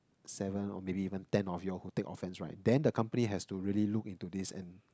seven or maybe even ten of you all who take offence right then the company has to really look into this and